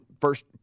first